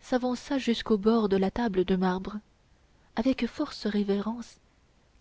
s'avança jusqu'au bord de la table de marbre avec force révérences